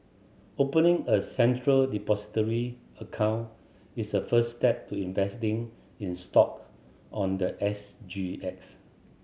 opening a Central Depository account is the first step to investing in stock on the S G X